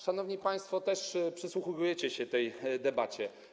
Szanowni państwo też przysłuchujecie się tej debacie.